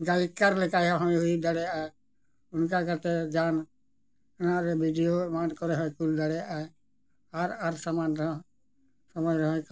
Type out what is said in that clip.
ᱜᱟᱭᱤᱠᱟᱨ ᱞᱮᱠᱟ ᱦᱚᱸᱭ ᱦᱩᱭ ᱫᱟᱲᱮᱭᱟᱜᱼᱟ ᱚᱱᱠᱟ ᱠᱟᱛᱮ ᱡᱟᱦᱟᱱ ᱛᱟᱱᱟᱜ ᱨᱮ ᱵᱷᱤᱰᱭᱳ ᱮᱢᱟᱱ ᱠᱚᱨᱮ ᱦᱚᱸᱭ ᱠᱩᱞ ᱫᱟᱲᱮᱭᱟᱜᱼᱟ ᱟᱨ ᱟᱨ ᱥᱟᱢᱟᱱ ᱨᱮᱦᱚᱸ ᱥᱚᱢᱚᱭ ᱨᱮᱦᱚᱸᱭ